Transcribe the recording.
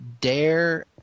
Dare